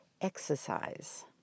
exercise